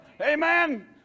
Amen